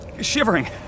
shivering